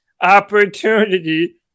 opportunity